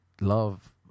Love